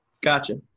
Gotcha